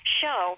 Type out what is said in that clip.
show